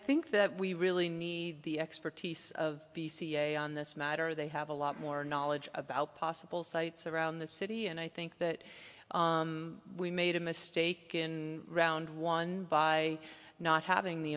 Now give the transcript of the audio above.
think that we really need the expertise of the cia on this matter they have a lot more knowledge about possible sites around the city and i think that we made a mistake in round one by not having the